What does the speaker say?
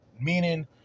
Meaning